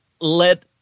Let